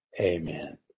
Amen